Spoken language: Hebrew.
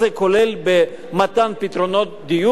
כולל במתן פתרונות דיור,